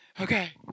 Okay